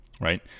right